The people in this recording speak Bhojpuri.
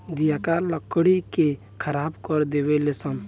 दियाका लकड़ी के खराब कर देवे ले सन